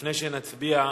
לפני שנצביע,